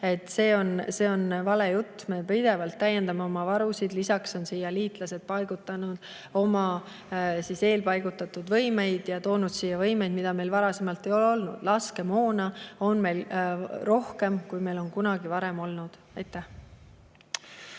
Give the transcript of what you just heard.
See on vale jutt. Me pidevalt täiendame oma varusid. Lisaks on liitlased siia paigutanud oma eelpaigutatud võimeid ja toonud siia võimeid, mida meil varasemalt ei ole olnud. Laskemoona on meil rohkem, kui meil kunagi varem on olnud. Aitäh!